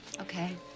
okay